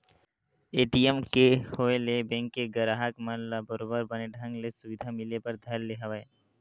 ATM के होय ले बेंक के गराहक मन ल बरोबर बने ढंग ले सुबिधा मिले बर धर ले हवय